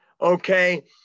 okay